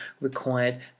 required